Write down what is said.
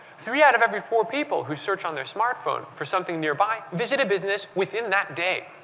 three out of every four people who search on their smartphone for something nearby visit a business within that day.